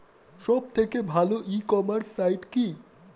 সব থেকে ভালো ই কমার্সে সাইট কী?